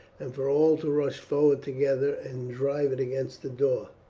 and for all to rush forward together and drive it against the door.